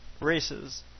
Races